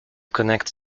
connect